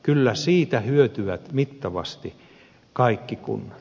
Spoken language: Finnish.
kyllä siitä hyötyvät mittavasti kaikki kunnat